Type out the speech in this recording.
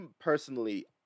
personally